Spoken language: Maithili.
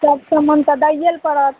सब समान तऽ दैए ले पड़त